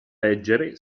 leggere